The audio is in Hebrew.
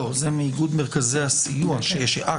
נמצאת גם מיה אוברבאום מאיגוד מרכזי סיוע לנפגעות